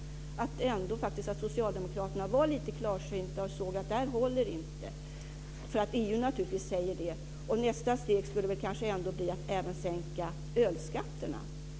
Jag trodde alltså att Socialdemokraterna ändå var lite klarsynta och såg att detta inte håller - EU säger ju det. Nästa steg skulle kanske bli att även sänka ölskatterna.